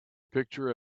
picture